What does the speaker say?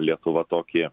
lietuva tokį